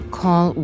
call